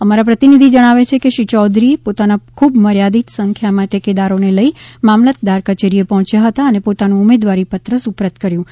અમારા પ્રતિનિધિ જણાવે છે કે શ્રી ચૌધરી પોતાના ખૂબ મર્યાદિત સંખ્યામાં ટેકેદારોને લઈ મામલતદાર કચેરી પહોંચ્યા હતા અને પોતાનું ઉમેદવારી પત્ર સુપ્રત કર્યું હતું